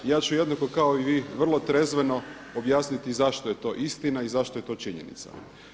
Ja ću jednako kao i vi vrlo trezveno objasniti zašto je to istina i zašto je to činjenica.